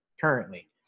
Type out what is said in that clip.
currently